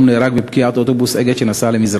נהרג מפגיעת אוטובוס "אגד" שנסע למזרח,